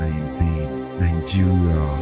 Nigeria